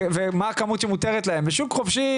ואנחנו יודעים מה הכמות שמותרת להם ושוק חופשי